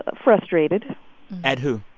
ah frustrated at who?